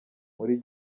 muri